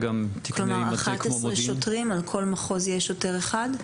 אחד עשר שוטרים, בכל מחוז יהיה שוטר אחד?